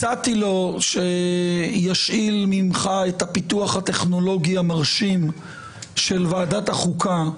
הצעתי לו שישאיל ממך את הפיתוח הטכנולוגי המרשים של ועדת החוקה,